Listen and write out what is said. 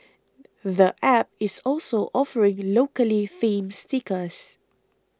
the App is also offering locally themed stickers